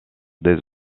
des